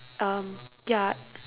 um ya